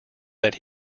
that